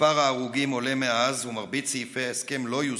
מספר ההרוגים עולה מאז ומרבית סעיפי ההסכם לא יושמו,